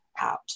out